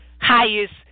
Highest